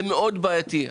זה מאוד בעייתי.